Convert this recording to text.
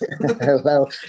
Hello